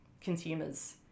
consumers